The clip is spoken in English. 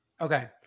Okay